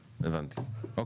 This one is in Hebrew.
בסדר.